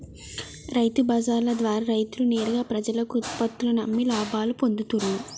రైతు బజార్ల ద్వారా రైతులు నేరుగా ప్రజలకు ఉత్పత్తుల్లను అమ్మి లాభాలు పొందుతూండ్లు